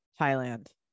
Thailand